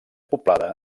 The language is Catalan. poblada